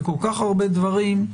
בכל כך הרבה דברים.